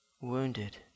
wounded